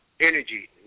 Energy